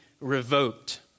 revoked